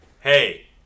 hey